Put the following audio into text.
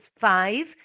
five